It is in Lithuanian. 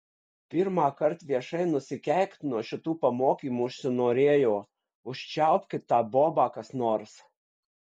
pirmąkart viešai nusikeikt nuo šitų pamokymų užsinorėjo užčiaupkit tą bobą kas nors